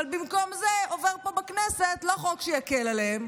אבל במקום זה עובר פה בכנסת לא חוק שיקל עליהם,